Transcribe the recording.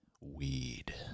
weed